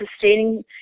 sustaining